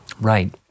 Right